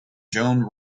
joan